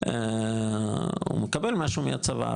הוא מקבל משהו מהצבא,